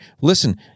Listen